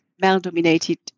male-dominated